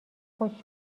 خشک